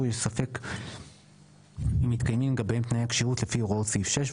יש ספק אם מתקיימים לגביהם תנאי הכשירות לפי הוראות סעיף 6,